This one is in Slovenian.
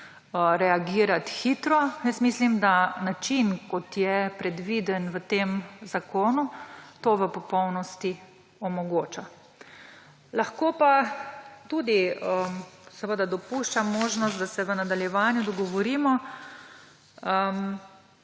reagirati hitro, jaz mislim, da način, kot je predviden v tem zakonu, to v popolnosti omogoča. Lahko pa se tudi dopušča možnost, da se v nadaljevanju dogovorimo,